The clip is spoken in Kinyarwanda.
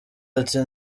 ati